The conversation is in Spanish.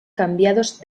cambiados